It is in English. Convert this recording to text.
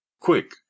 Quick